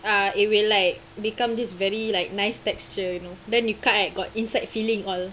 ah it will like become this very like nice texture you know then you cut ah got inside filling all